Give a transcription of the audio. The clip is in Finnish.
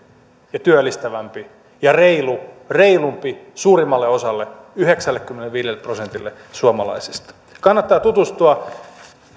ja työllistävämpi ja reilumpi suurimmalle osalle yhdeksällekymmenelleviidelle prosentille suomalaisista kannattaa tutustua